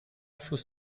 fluss